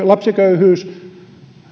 lapsiköyhyys